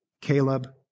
Caleb